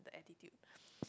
the attitude